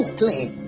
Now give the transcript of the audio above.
clean